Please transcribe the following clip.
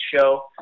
show